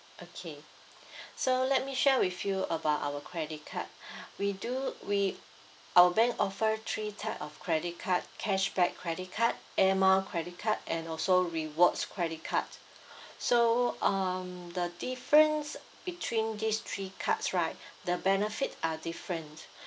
okay so let me share with you about our credit card we do we our bank offer three type of credit card cashback credit card air mile credit card and also rewards credit card so um the difference between these three cards right the benefit are different